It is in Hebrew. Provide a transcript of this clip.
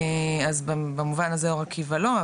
אז במובן הזה אור עקיבא לא,